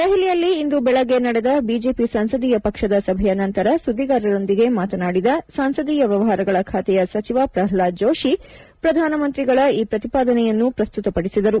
ದೆಹಲಿಯಲ್ಲಿ ಇಂದು ಬೆಳಗ್ಗೆ ನಡೆದ ಬಿಜೆಪಿ ಸಂಸದೀಯ ಪಕ್ಷದ ಸಭೆಯ ನಂತರ ಸುದ್ದಿಗಾರರೊಂದಿಗೆ ಮಾತನಾಡಿದ ಸಂಸದೀಯ ವ್ಯವಹಾರಗಳ ಖಾತೆಯ ಸಚಿವ ಪ್ರಹ್ನಾದ್ ಜೋಷಿ ಪ್ರಧಾನಮಂತ್ರಿಗಳ ಈ ಪ್ರತಿಪಾದನೆಯನ್ನು ಪ್ರಸ್ತುತಪಡಿಸಿದರು